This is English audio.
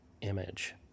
image